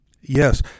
Yes